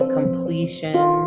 completion